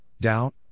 doubt